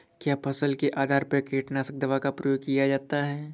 क्या फसल के आधार पर कीटनाशक दवा का प्रयोग किया जाता है?